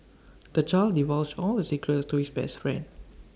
the child divulged all his secrets to his best friend